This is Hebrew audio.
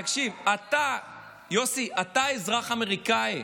תקשיב, יוסי, אתה אזרח אמריקאי,